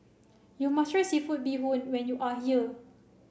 you must try seafood bee hoon when you are here